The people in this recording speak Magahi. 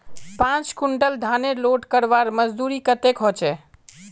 पाँच कुंटल धानेर लोड करवार मजदूरी कतेक होचए?